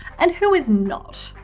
and who is not.